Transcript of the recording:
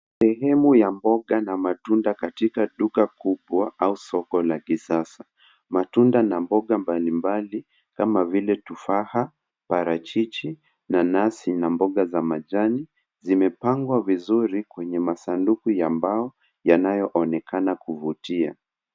Sehemu ya mboga na matunda katika duka kubwa au soko la kisasa matunda na mboga mbali mbali kama vile tufaha parachichi nanasi na mboga za majani zimepangwa vizuri kwenye masanduku ya mbao yanayoonekana kuvutia.